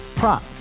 Prop